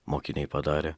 mokiniai padarė